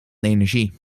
energie